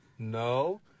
No